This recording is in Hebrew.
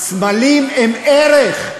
סמלים הם ערך.